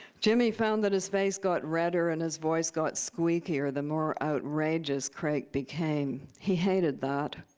jimmy found that his face got redder and his voice got squeakier the more outrageous crake became. he hated that.